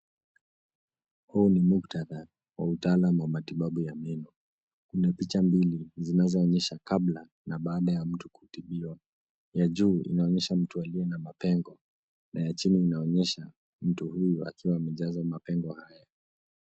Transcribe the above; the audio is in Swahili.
Huu ni muktadha wa mtaalamu wa matibabu ya meno. Kuna picha mbili zinazoonyesha kabla na maana ya mtu kutibiwa. Ya juu inaonyesha mtu aliye na mapengo na ya chini inaonyesha mtu huyu akiwa amejaza mapengo haya.